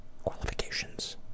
qualifications